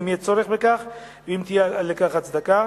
אם יהיה בכך צורך ואם תהיה לכך הצדקה.